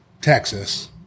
Texas